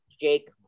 Jake